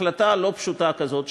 החלטה לא פשוטה כזאת,